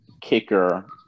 kicker